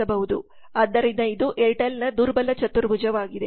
ಆದ್ದರಿಂದ ಇದು ಏರ್ಟೆಲ್ನ ದುರ್ಬಲ ಚತುರ್ಭುಜವಾಗಿದೆ